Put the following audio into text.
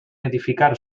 edificar